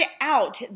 out